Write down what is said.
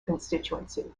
constituency